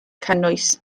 cynnwys